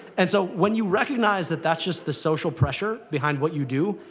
and so when you recognize that that's just the social pressure behind what you do,